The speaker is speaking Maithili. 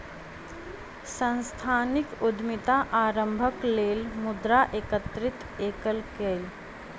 सांस्थानिक उद्यमिता आरम्भक लेल मुद्रा एकत्रित कएल गेल